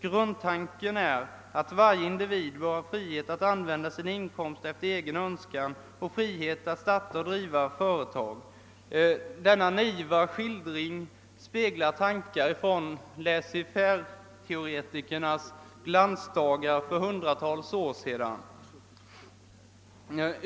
Grundtanken är att varje individ bör ha frihet att använda sina inkomster efter egen önskan och frihet att starta och driva företag.» Denna naiva skildring speglar tankar från laissezfaire-teoretikernas glansdagar för hundratals år sedan.